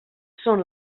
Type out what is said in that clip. són